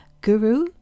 Guru